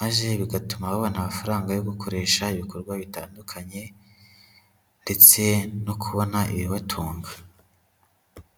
maze bigatuma babona amafaranga yo gukoresha ibikorwa bitandukanye ndetse no kubona ibibatunga.